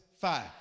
Five